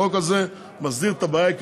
החוק הזה מסדיר את הבעיה העיקרית.